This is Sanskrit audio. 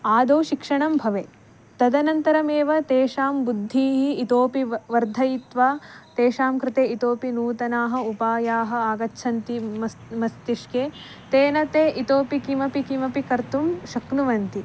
आदौ शिक्षणं भवेत् तदनन्तरमेव तेषां बुद्धिः इतोऽपि व वर्धयित्वा तेषां कृते इतोऽपि नूतनाः उपायाः आगच्छन्ति मस्त् मस्तिष्के तेन ते इतोऽपि किमपि किमपि कर्तुं शक्नुवन्ति